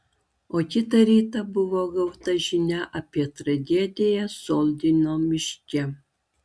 o kitą rytą buvo gauta žinia apie tragediją soldino miške